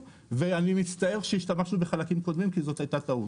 ואני מצטער שהשתמשנו בחלקים קודמים כי זו הייתה טעות.